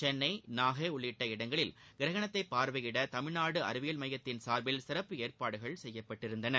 சென்னை நாகை உள்ளிட்ட இடங்களில் கிரகணத்தைப் பார்வையிட தமிழ்நாடு அறிவியல் மையத்தின் சார்பில் சிறப்பு ஏற்பாடுகள் செய்யப்பட்டிருந்தன